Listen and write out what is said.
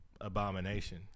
abomination